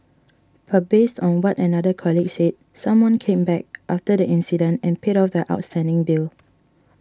but based on what another colleague said someone came back after the incident and paid off the outstanding bill